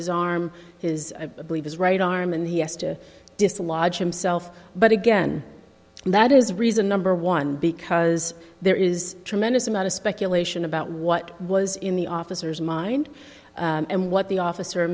his arm his i believe his right arm and he has to dislodge himself but again that is reason number one because there is tremendous amount of speculation about what was in the officer's mind and what the officer